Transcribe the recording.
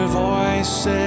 voices